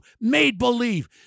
made-believe